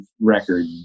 Record